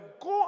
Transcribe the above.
Go